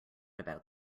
about